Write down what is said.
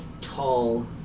tall